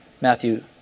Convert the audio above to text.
Matthew